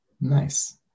Nice